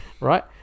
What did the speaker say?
Right